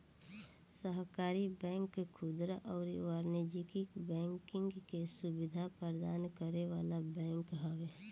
सहकारी बैंक खुदरा अउरी वाणिज्यिक बैंकिंग के सुविधा प्रदान करे वाला बैंक हवे